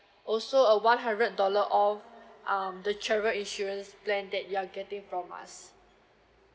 also a one hundred dollar off um the travel insurance plan that you are getting from us